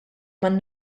man